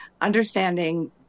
understanding